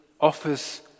offers